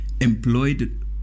employed